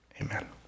amen